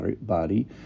body